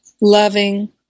loving